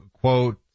quote